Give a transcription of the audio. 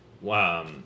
Wow